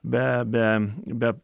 be be be